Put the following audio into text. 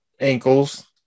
ankles